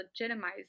legitimized